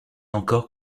encore